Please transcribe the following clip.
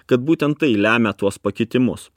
kad būtent tai lemia tuos pakitimus